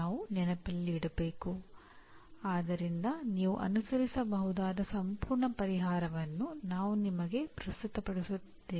ನಾವು ನಂತರದ ಪಠ್ಯಗಳಲ್ಲಿ ಅಂದಾಜುವಿಕೆ ಮತ್ತು ಸೂಚನೆ ಎರಡನ್ನೂ ನೋಡುತ್ತೇವೆ